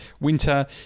winter